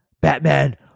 Batman